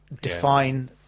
define